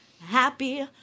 Happy